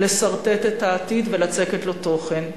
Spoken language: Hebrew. לסרטט את העתיד ולצקת בו תוכן.